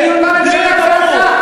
הכול יהיה בסדר,